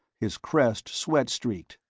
his crest sweat-streaked.